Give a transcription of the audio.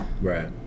Right